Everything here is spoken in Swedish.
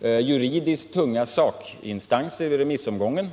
juridiskt tunga sakinstanser i remissomgången.